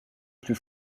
plus